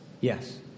Yes